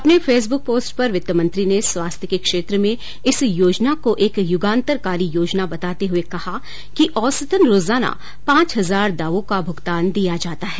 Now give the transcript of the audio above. अपने Facebook post पर वित्त मंत्री ने स्वास्थ्य के क्षेत्र में इस योजना को एक युगांतरकारी योजना बताते हुए कहा कि औसतन रोजाना पांच हजार दावों का भुगतान दिया जाता है